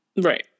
right